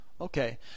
Okay